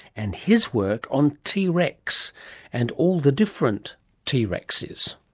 and his work on t. rex and all the different t. rexs.